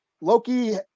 Loki